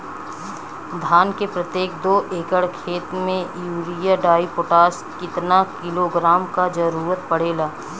धान के प्रत्येक दो एकड़ खेत मे यूरिया डाईपोटाष कितना किलोग्राम क जरूरत पड़ेला?